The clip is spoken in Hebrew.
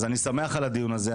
אז אני שמח על הדיון הזה,